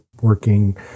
working